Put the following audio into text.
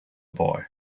boy